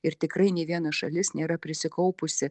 ir tikrai nei viena šalis nėra prisikaupusi